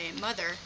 mother